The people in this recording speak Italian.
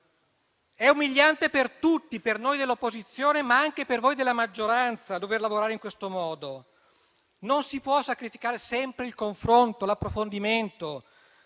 È umiliante per tutti, per noi dell'opposizione ma anche per voi della maggioranza, dover lavorare in questo modo. Non si possono sacrificare sempre il confronto, l'approfondimento,